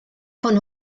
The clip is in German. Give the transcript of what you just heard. von